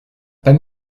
pas